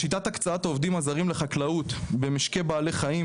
שיטת הקצאת העובדים הזרים לחקלאות במשקי בעלי חיים,